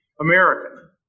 American